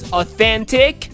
authentic